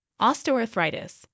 osteoarthritis